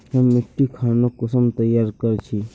हम मिट्टी खानोक कुंसम तैयार कर छी?